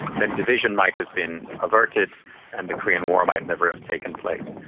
then division might have been averted and the korean war might never have taken place.